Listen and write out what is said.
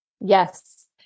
Yes